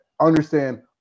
understand